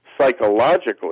psychologically